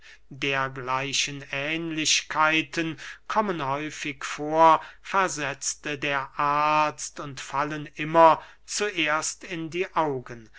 dergleichen ähnlichkeiten kommen häufig vor versetzte der arzt und fallen immer zuerst in die augen